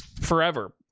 forever